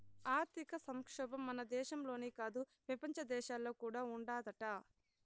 ఆర్థిక సంక్షోబం మన దేశంలోనే కాదు, పెపంచ దేశాల్లో కూడా ఉండాదట